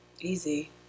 Easy